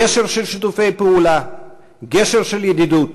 גשר של שיתופי פעולה, גשר של ידידות,